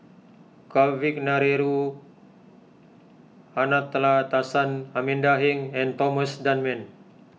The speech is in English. Kavignareru Amallathasan Amanda Heng and Thomas Dunman